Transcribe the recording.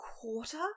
quarter